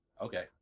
Okay